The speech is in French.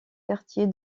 quartier